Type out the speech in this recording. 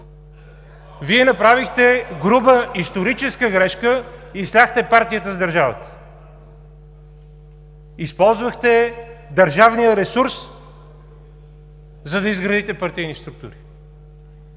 Вие направихте груба историческа грешка и сляхте партията с държавата. Използвахте държавния ресурс, за да изградите партийни структури.